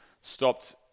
stopped